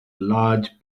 large